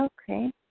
Okay